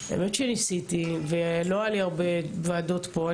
באמת שניסיתי ולא היה לי הרבה ועדות פה.